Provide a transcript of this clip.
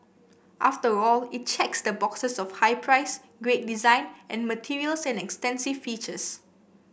after all it checks the boxes of high price great design and materials and extensive features